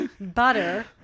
butter